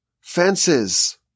fences